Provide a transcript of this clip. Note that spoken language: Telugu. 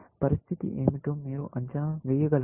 పరిస్థితి ఏమిటో మీరు అంచనా వేయ గలరా